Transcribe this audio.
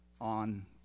on